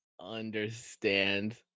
understand